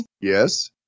yes